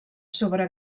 sobre